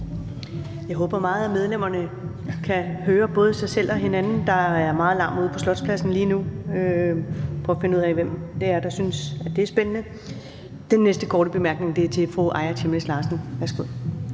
Jeg håber meget, at medlemmerne kan høre både sig selv og hinanden – der er meget larm ude på Slotspladsen lige nu. Vi kan prøve at finde ud af, hvem det er, der synes, at det er spændende. Den næste korte bemærkning er at fru Aaja Chemnitz Larsen. Værsgo.